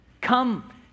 come